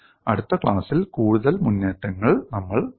അടുത്ത ക്ലാസ്സിൽ കൂടുതൽ മുന്നേറ്റങ്ങൾ നമ്മൾ കാണും